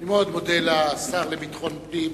אני מאוד מודה לשר לביטחון פנים